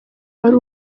wari